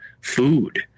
food